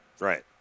Right